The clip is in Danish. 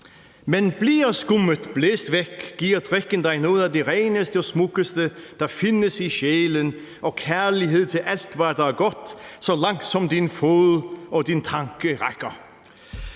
Men bliver skummet blæst væk, giver drikken dig noget af det reneste og smukkeste, der findes i sjælen, og kærlighed til alt, hvad der er godt, så langt som din fod og din tanke rækker.